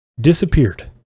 disappeared